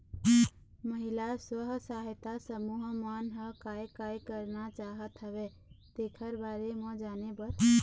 महिला स्व सहायता समूह मन ह काय काय करना चाहत हवय तेखर बारे म जाने बर